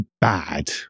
bad